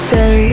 Say